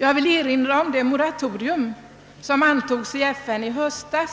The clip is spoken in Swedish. Jag vill erinra om det moratorium som antogs av FN i höstas